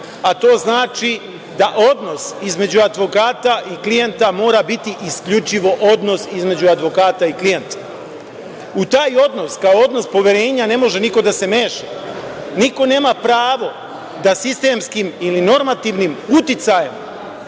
a to znači da odnos između advokata i klijenta mora biti isključivo odnos između advokata i klijenta.U taj odnos kao odnos poverenja ne može niko da se meša. Niko nema pravo da sistemskim ili normativnim uticajem